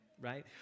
right